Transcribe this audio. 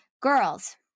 girls